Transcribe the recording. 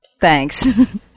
Thanks